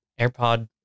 AirPod